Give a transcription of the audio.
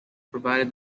provided